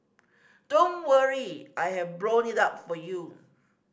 don't worry I have blown it up for you